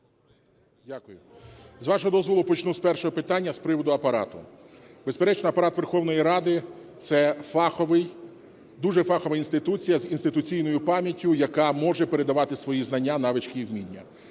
Дякую. З вашого дозволу почну з першого питання – з приводу Апарату. Безперечно, Апарат Верховної Ради – це фаховий... дуже фахова інституція з інституційною пам'яттю, яка може передавати свої знання, навички і вміння.